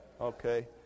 okay